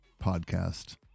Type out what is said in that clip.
podcast